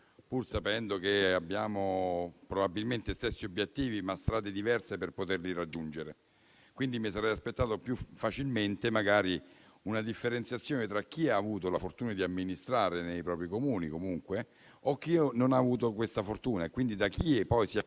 pur sapendo che abbiamo probabilmente stessi obiettivi, ma strade diverse per poterli raggiungere. Mi sarei aspettato più facilmente magari una differenziazione tra chi ha avuto la fortuna di amministrare nei propri Comuni e chi non ha avuto una tale fortuna,